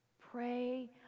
pray